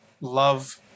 love